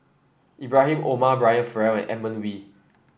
Ibrahim Omar Brian Farrell and Edmund Wee